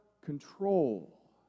control